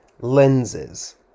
lenses